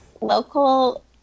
local